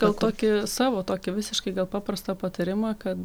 gal tokį savo tokį visiškai paprastą patarimą kad